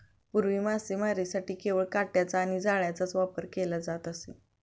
पूर्वी मासेमारीसाठी केवळ काटयांचा आणि जाळ्यांचाच वापर केला जात असे